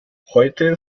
heute